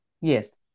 yes